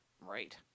right